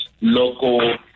local